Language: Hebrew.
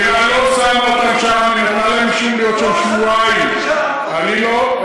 אני לא שומע אותך, תקשיב, אני לא שומע.